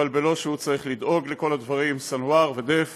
אבל בלי שהוא צריך לדאוג לכל הדברים, סנוואר ודף